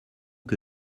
que